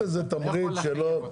אתה לא יכול להכריח אותם.